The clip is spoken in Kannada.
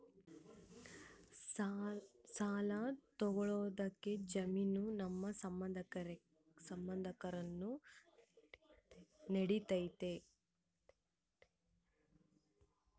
ಸಾಲ ತೊಗೋಳಕ್ಕೆ ಜಾಮೇನು ನಮ್ಮ ಸಂಬಂಧಿಕರು ನಡಿತೈತಿ?